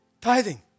tithing